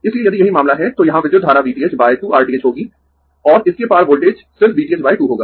इसलिए यदि यही मामला है तो यहां विद्युत धारा V th 2 R th होगी और इसके पार वोल्टेज सिर्फ V th 2 होगा